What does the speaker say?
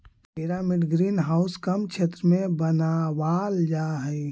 pyramid green house कम क्षेत्र में बनावाल जा हई